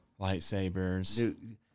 Lightsabers